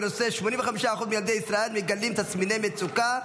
בנושא: 85% מילדי ישראל מגלים תסמיני מצוקה.